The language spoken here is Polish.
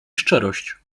szczerość